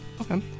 Okay